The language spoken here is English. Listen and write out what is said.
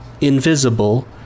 invisible